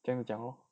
这样讲 lor